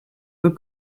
for